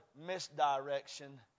misdirection